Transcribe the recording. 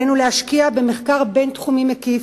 עלינו להשקיע במחקר בין-תחומי מקיף,